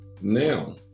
now